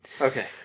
Okay